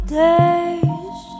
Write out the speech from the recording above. days